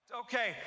Okay